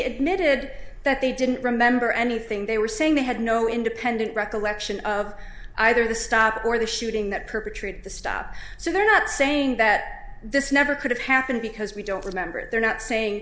admitted that they didn't remember anything they were saying they had no independent recollection of either the stop or the shooting that perpetrated the stop so they're not saying that this never could have happened because we don't remember they're not saying